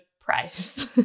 price